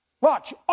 watch